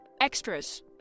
extras